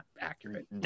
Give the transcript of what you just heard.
accurate